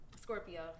Scorpio